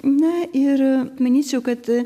na ir manyčiau kad